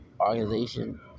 organization